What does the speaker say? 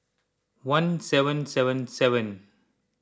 one seven seven seven